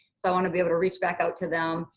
so i want to be able to reach back out to them.